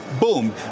Boom